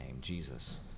Jesus